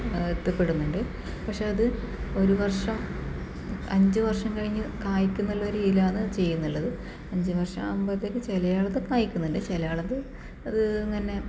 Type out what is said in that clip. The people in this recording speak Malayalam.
എത്തിപ്പെടുന്നുണ്ട് പക്ഷെ അത് ഒരു വർഷം അഞ്ച് വർഷം കഴിഞ്ഞ് കായ്ക്കുന്നുള്ള ഇതിലാണ് ചെയ്യുന്നുള്ളത് അഞ്ച് വർഷം ആകുമ്പോഴത്തേക്കും ചില ആൾക്ക് കായ്ക്കുന്നുണ്ട് ചില ആളത് അത് ഇങ്ങനെ